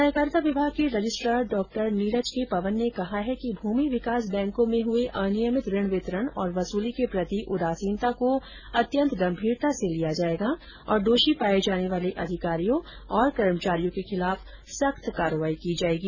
सहकारिता विभाग के रजिस्ट्रार डॉ नीरज के पवन ने कहा कि भूमि विकास बैंकों में हुए अनियमित ऋण वितरण और वसूली के प्रति उदासीनता को अत्यन्त गम्भीरतो से लिया जाएगा और दोषी पाए जाने वाले अधिकारियों और कर्मचारियों के खिलाफ सख्त कार्यवाही की जाएगी